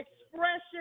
expression